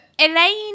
elaine